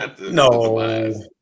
No